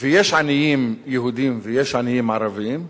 ויש עניים יהודים ויש עניים ערבים.